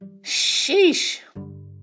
Sheesh